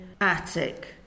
attic